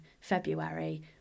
February